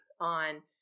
on